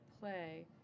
play